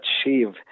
achieve